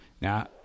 Now